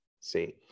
See